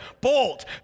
bolt